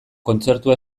kontzertua